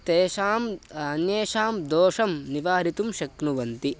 तेषाम् अन्येषां दोषं निवारितुं शक्नुवन्ति